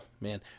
man